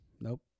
nope